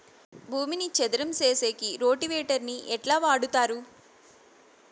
భూమిని చదరం సేసేకి రోటివేటర్ ని ఎట్లా వాడుతారు?